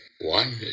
one